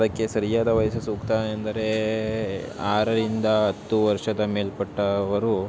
ಅದಕ್ಕೆ ಸರಿಯಾದ ವಯಸ್ಸು ಸೂಕ್ತ ಎಂದರೆ ಆರರಿಂದ ಹತ್ತು ವರ್ಷ ಮೇಲ್ಪಟ್ಟವರು